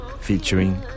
featuring